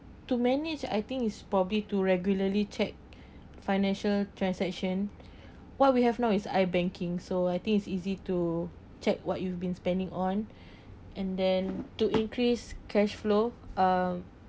to manage I think is probably to regularly check financial transaction what we have now is I-banking so I think it's easy to check what you've been spending on and then to increase cash flow uh